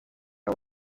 are